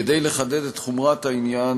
כדי לחדד את חומרת העניין,